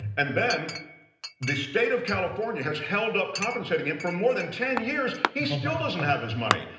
and then the state of california has held up compensating him for more than ten years, he still doesn't have his money.